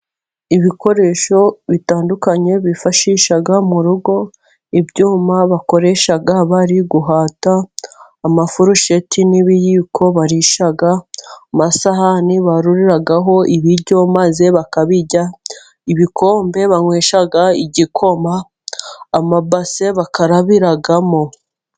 Ibikoresho bitandukanye bifashisha mu rugo, ibyuma bakoreshaa bari guhata, amafurusheti n'ibiyiko barisha, amasahani baruriraho ibiryo maze bakabirya, ibikombe banywesha igikoma, amabase bakarabiramo.